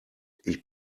ich